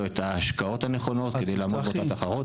את ההשקעות הנכונות כדי לעמוד באותה תחרות.